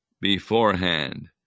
beforehand